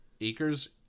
acres